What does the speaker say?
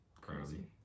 Crazy